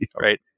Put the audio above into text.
right